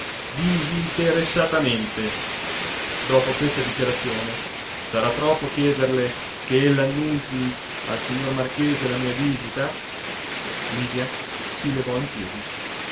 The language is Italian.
dinteressatamente dopo questa dichiarazione sarà troppo chiederle che ella annunzii al signor marchese la mia visita lydia si levò in piedi